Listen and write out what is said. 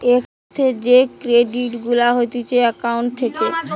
এক সাথে যে ক্রেডিট গুলা হতিছে একাউন্ট থেকে